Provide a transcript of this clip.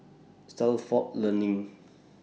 Stalford Learning